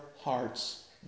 hearts